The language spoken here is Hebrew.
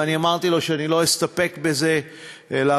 ואני אמרתי לו שאני לא אסתפק בזה אלא